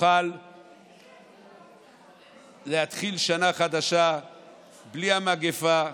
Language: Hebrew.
נוכל להתחיל שנה חדשה בלי המגפה,